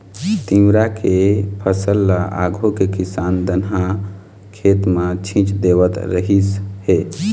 तिंवरा के फसल ल आघु के किसान धनहा खेत म छीच देवत रिहिस हे